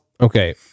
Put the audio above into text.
okay